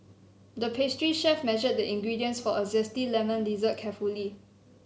the pastry chef measured the ingredients for a zesty lemon dessert carefully